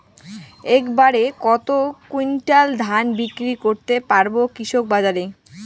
এক বাড়ে কত কুইন্টাল ধান বিক্রি করতে পারবো কৃষক বাজারে?